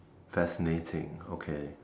fascinating okay